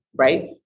right